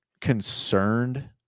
concerned